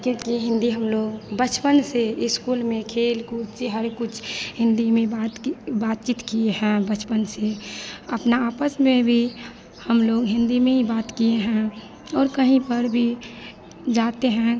क्योंकि हिन्दी हमलोग बचपन से स्कूल में खेलकूद से हर कुछ हिन्दी में ही बात बातचीत किए हैं बचपन से अपना आपस में भी हमलोग हिन्दी में ही बात किए हैं और कहीं पर भी जाते हैं